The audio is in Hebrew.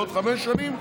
בעוד חמש שנים,